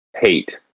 hate